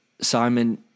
Simon